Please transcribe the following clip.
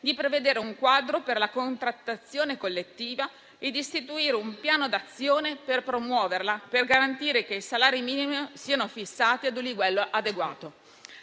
di prevedere un quadro per la contrattazione collettiva e di istituire un piano d'azione per promuoverla, per garantire che i salari minimi siano fissati ad un livello adeguato.